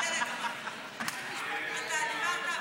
אתה דיברת,